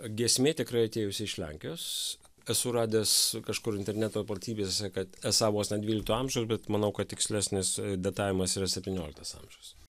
giesmė tikrai atėjusi iš lenkijos esu radęs kažkur interneto platybėse kad esą vos ne dvylikto amžiaus bet manau kad tikslesnis datavimas yra septynioliktas amžius